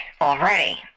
already